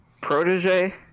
protege